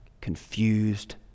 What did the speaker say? confused